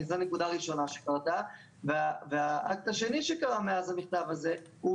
M.R.I. זה נקודה ראשונה והחלק השני שקרה מאז המכתב הזה הוא